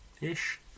ish